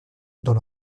dans